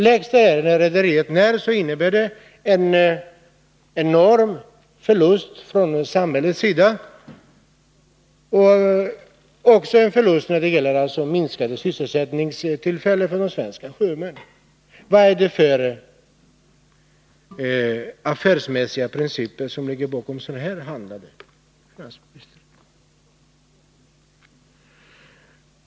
Läggs detta rederi ned innebär det en enorm förlust för samhället och också en förlust när det gäller minskat antal sysselsättningstillfällen för de svenska sjömännen. Vad är det för affärsmässiga principer som ligger bakom ett sådant handlande, finansministern?